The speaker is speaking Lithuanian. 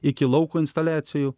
iki lauko instaliacijų